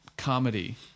comedy